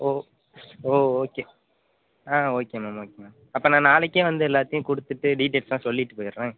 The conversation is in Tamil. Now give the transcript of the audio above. ஓ ஓ ஓகே ஆ ஓகே மேம் ஓகே மேம் அப்போ நான் நாளைக்கே வந்து எல்லாத்தையும் கொடுத்துட்டு டீடைல்ஸ்லாம் சொல்லிட்டு போயிடுறேன்